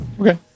Okay